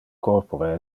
corpore